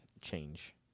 change